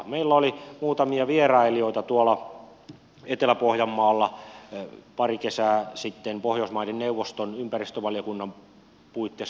meillä oli muutamia vierailijoita tuolla etelä pohjanmaalla pari kesää sitten pohjoismaiden neuvoston ympäristövaliokunnan puitteissa